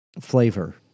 flavor